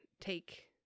take